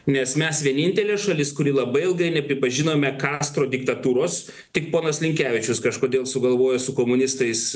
nes mes vienintelė šalis kuri labai ilgai nepripažinome kastro diktatūros tik ponas linkevičius kažkodėl sugalvojo su komunistais